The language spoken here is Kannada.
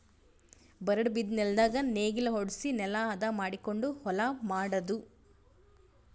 ಬರಡ್ ಬಿದ್ದ ನೆಲ್ದಾಗ ನೇಗಿಲ ಹೊಡ್ಸಿ ನೆಲಾ ಹದ ಮಾಡಕೊಂಡು ಹೊಲಾ ಮಾಡದು